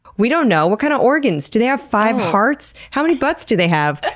we don't know. what kind of organs? do they have five hearts? how many butts do they have?